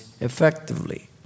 effectively